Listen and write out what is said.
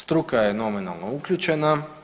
Struka je nominalno uključena.